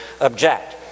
object